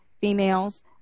females